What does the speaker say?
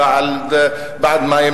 מהמסירות בעבודה.